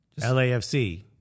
LAFC